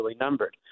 numbered